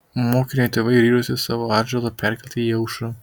mokinio tėvai ryžosi savo atžalą perkelti į aušrą